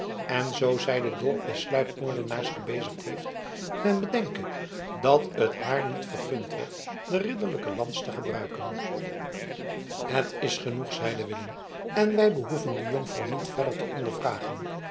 en zoo zij den dolk des sluipmoordenaars gebezigd heeft men bedenke dat het haar niet vergund werd de ridderlijke lans te gebruiken het is genoeg zeide willem en wij behoeven de jonkvrouw niet verder te